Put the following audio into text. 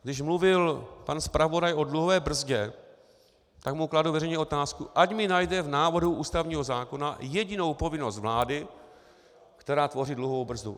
Když mluvil pan zpravodaj o dluhové brzdě, tak mu kladu veřejně otázku, ať mi najde v návrhu ústavního zákona jedinou povinnost vlády, která tvoří dluhovou brzdu.